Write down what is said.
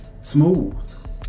smooth